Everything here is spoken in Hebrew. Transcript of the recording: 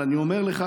אבל אני אומר לך,